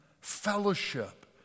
Fellowship